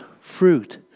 fruit